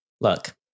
Look